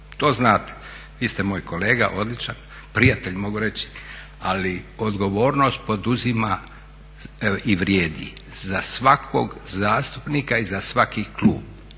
to znate. Vi ste moj kolega odličan, prijatelj mogu reći ali odgovornost poduzima i vrijedi za svakog zastupnika i za svaki klub.